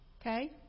Okay